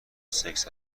سکس